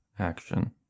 Action